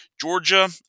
Georgia